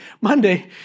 monday